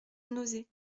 nozay